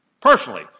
personally